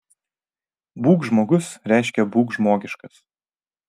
būk žmogus reiškia būk žmogiškas